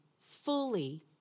fully